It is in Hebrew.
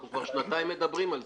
אנחנו כבר שנתיים מדברים על זה.